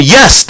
Yes